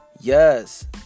Yes